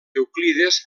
euclides